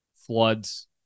floods